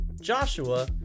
Joshua